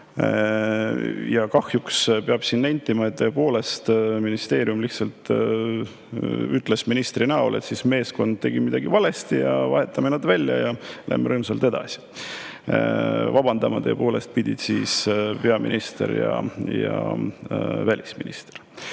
Ja kahjuks peab nentima, et tõepoolest ministeerium lihtsalt ütles ministri suu läbi, et meeskond tegi midagi valesti ja vahetame nad välja ja lähme rõõmsalt edasi. Vabandama, tõepoolest, pidid peaminister ja välisminister.Me